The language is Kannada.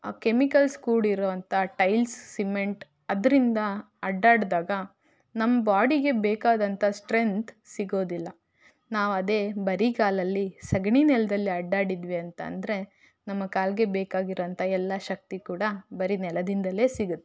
ಆ ಕೆಮಿಕಲ್ಸ್ ಕೂಡಿರೋ ಅಂಥ ಟೈಲ್ಸ್ ಸಿಮೆಂಟ್ ಅದರಿಂದ ಅಡ್ಡಾಡಿದಾಗ ನಮ್ಮ ಬಾಡಿಗೆ ಬೇಕಾದಂಥ ಸ್ಟ್ರೆಂಥ್ ಸಿಗೋದಿಲ್ಲ ನಾವು ಅದೇ ಬರಿಗಾಲಲ್ಲಿ ಸಗಣಿ ನೆಲದಲ್ಲಿ ಅಡ್ಡಾಡಿದ್ವಿ ಅಂತ ಅಂದರೆ ನಮ್ಮ ಕಾಲಿಗೆ ಬೇಕಾಗಿರೋಂಥ ಎಲ್ಲ ಶಕ್ತಿ ಕೂಡ ಬರೀ ನೆಲದಿಂದಲೇ ಸಿಗತ್ತೆ